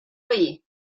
veí